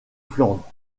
flandre